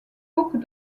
beaucoup